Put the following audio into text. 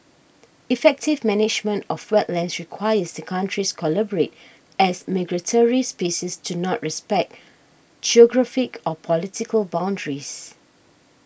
effective management of wetlands requires the countries collaborate as migratory species do not respect geographic or political boundaries